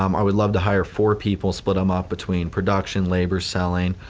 um i would love to hire four people, split them up between production, labor, selling,